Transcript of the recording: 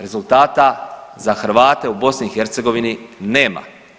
Rezultata za Hrvate u BiH nema.